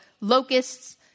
locusts